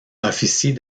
officier